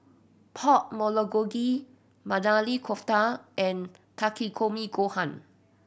Pork Bulgogi Maili Kofta and Takikomi Gohan